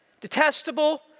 detestable